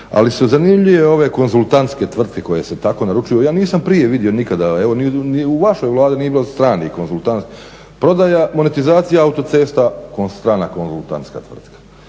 ali su zanimljive ove konzultantske tvrtke koje se tako naručuju. Ja nisam prije vidio nikada, ni u vašoj Vladi nije bilo stranih konzultanata. Prodaja, monetizacije autocesta, … /Govornik se